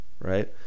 right